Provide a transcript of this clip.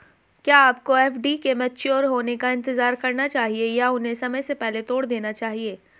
क्या आपको एफ.डी के मैच्योर होने का इंतज़ार करना चाहिए या उन्हें समय से पहले तोड़ देना चाहिए?